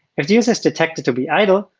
if the user is detected to be idle,